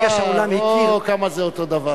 ברגע שהעולם הכיר, אוה, כמה זה אותו דבר.